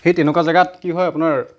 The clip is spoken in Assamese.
সেই তেনেকুৱা জেগাত কি হয় আপোনাৰ